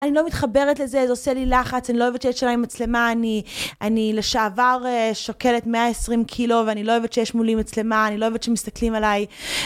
אני לא מתחברת לזה, זה עושה לי לחץ, אני לא אוהבת שיש עליי מצלמה, אני לשעבר שוקלת 120 קילו ואני לא אוהבת שיש מולי מצלמה, אני לא אוהבת שמסתכלים עליי.